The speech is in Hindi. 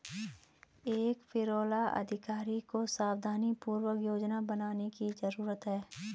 एक पेरोल अधिकारी को सावधानीपूर्वक योजना बनाने की जरूरत है